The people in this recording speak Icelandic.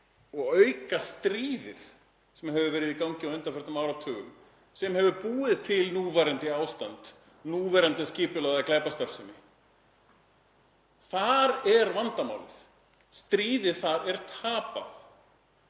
að auka stríðið sem hefur verið í gangi á undanförnum áratugum sem hefur búið til núverandi ástand, núverandi skipulagða glæpastarfsemi. Þar er vandamálið, stríðið þar er tapað.